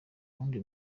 wundi